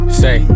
say